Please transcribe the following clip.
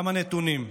כמה נתונים.